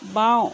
বাওঁ